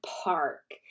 Park